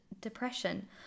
depression